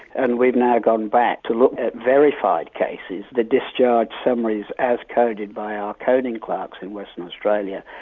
and we've now gone back to look at verified cases, the discharge summaries as coded by our coding clerks in western australia,